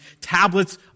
tablets